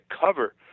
cover